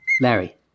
larry